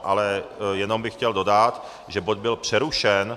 Ale jenom bych chtěl dodat, že bod byl přerušen.